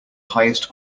highest